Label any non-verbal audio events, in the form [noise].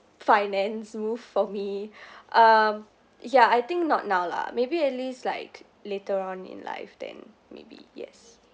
finance move for me [breath] um yeah I think not now lah maybe at least like later on in life then maybe yes